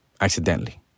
accidentally